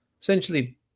essentially